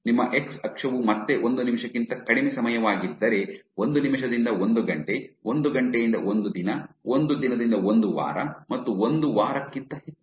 ಆದ್ದರಿಂದ ನಿಮ್ಮ ಎಕ್ಸ್ ಅಕ್ಷವು ಮತ್ತೆ ಒಂದು ನಿಮಿಷಕ್ಕಿಂತ ಕಡಿಮೆ ಸಮಯವಾಗಿದ್ದರೆ ಒಂದು ನಿಮಿಷದಿಂದ ಒಂದು ಗಂಟೆ ಒಂದು ಗಂಟೆಯಿಂದ ಒಂದು ದಿನ ಒಂದು ದಿನದಿಂದ ಒಂದು ವಾರ ಮತ್ತು ಒಂದು ವಾರಕ್ಕಿಂತ ಹೆಚ್ಚು